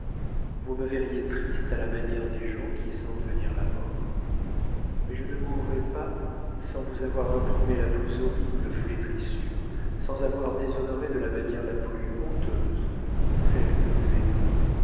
vous me verriez triste à la manière des gens qui sentent venir la mort mais je ne mourrais pas sans vous avoir imprimé la plus horrible flétrissure sans avoir déshonoré de la manière la plus honteuse celle que vous aimiez